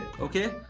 Okay